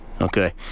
Okay